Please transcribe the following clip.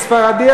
ספרדי,